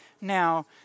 Now